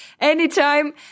anytime